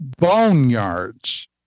boneyards